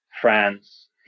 France